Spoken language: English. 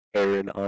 Aaron